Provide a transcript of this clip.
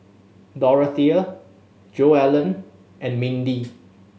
Dorothea Joellen and Mindi